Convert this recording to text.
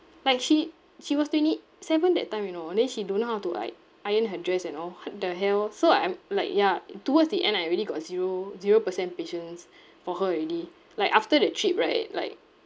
like she she was twenty seven that time you know and then she don't know how to like iron her dress and all what the hell so I'm like ya towards the end I already got zero zero percent patience for her already like after the trip right like